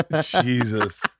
jesus